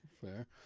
Fair